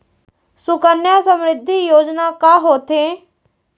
सुकन्या समृद्धि योजना का होथे